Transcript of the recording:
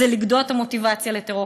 זה לגדוע את המוטיבציה לטרור,